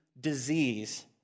disease